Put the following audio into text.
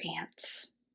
ants